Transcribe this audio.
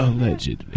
alleged